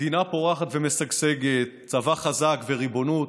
מדינה פורחת ומשגשגת, צבא חזק וריבונות,